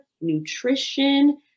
nutrition